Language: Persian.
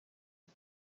بده